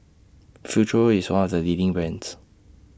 Futuro IS one of The leading brands